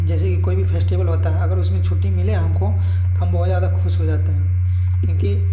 जैसे कि कोई भी फेस्टेबल होता है अगर उसमें छुट्टी मिले हमको तो हम बहुत ज़्यादा खुश हो जाते हैं क्योंकि